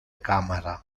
camera